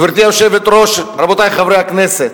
גברתי היושבת-ראש, רבותי חברי הכנסת,